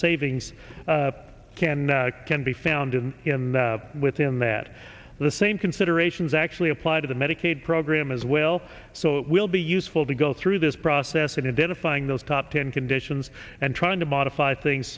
savings can can be found and in within that the same considerations actually apply to the medicaid program as well so it will be useful to go through this process and then to find those top ten conditions and trying to modify things